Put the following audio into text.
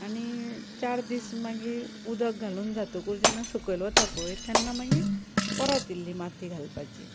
आनी चार दीस मागीर उदक घालून जातकूर जेन्ना सकयल वता पय तेन्ना मागीर परत इल्ली माती घालपाची